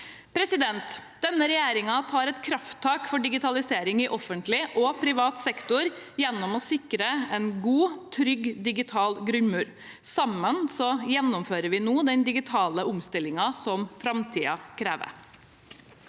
teller. Denne regjeringen tar et krafttak for digitalisering i offentlig og privat sektor gjennom å sikre en god, trygg digital grunnmur. Sammen gjennomfører vi nå den digitale omstillingen som framtiden krever.